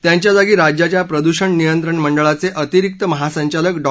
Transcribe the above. त्यांच्या जागी राज्याच्या प्रदुषण नियंत्रण मंडळाचे अतिरिक्त महासंचालक डॉ